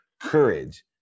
courage